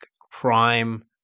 crime